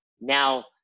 now